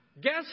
guess